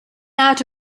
out